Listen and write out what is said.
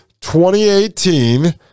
2018